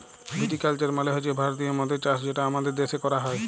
ভিটি culture মালে হছে ভারতীয় মদের চাষ যেটা আমাদের দ্যাশে ক্যরা হ্যয়